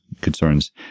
concerns